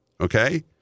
Okay